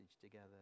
together